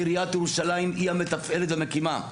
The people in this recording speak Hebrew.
עיריית ירושלים היא המתפעלת והמקימה.